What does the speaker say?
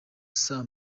saa